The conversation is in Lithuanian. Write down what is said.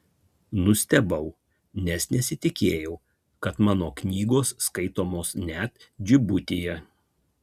nustebau nes nesitikėjau kad mano knygos skaitomos net džibutyje